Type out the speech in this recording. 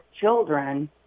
children